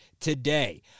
today